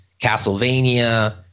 Castlevania